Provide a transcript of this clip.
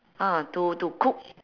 ah to to cook